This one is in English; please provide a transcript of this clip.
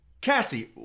Cassie